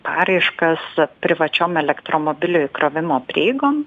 paraiškas privačiom elektromobilių įkrovimo prieigom